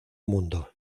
mundo